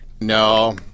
No